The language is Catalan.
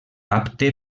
apte